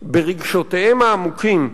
ברגשותיהם העמוקים,